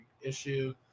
issue